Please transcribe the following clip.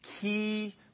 key